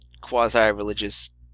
quasi-religious